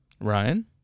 Ryan